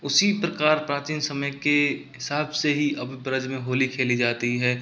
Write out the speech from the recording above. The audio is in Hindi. उसी प्रकार प्राचीन समय के हिसाब से ही अब ब्रज में होली खेली जाती है